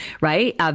right